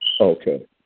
Okay